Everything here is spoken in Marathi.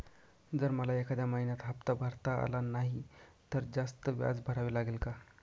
जर मला एखाद्या महिन्यात हफ्ता भरता आला नाही तर जास्त व्याज भरावे लागेल का?